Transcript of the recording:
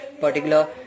particular